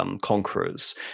conquerors